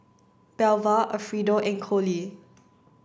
Belva Alfredo and Coley